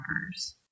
workers